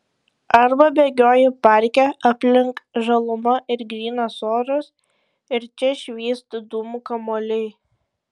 arba bėgioji parke aplink žaluma ir grynas oras ir čia švyst dūmų kamuoliai